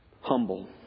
humble